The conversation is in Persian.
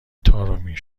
طارمی